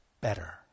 better